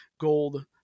gold